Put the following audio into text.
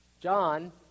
John